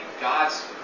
God's